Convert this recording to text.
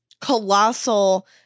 colossal